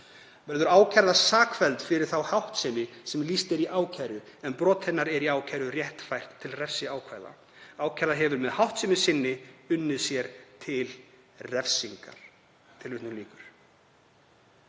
Verður ákærða sakfelld fyrir þá háttsemi sem lýst er í ákæru en brot hennar er í ákæru rétt fært til refsiákvæða. Ákærða hefur með háttsemi sinni unnið sér til refsingar.“ Virðulegi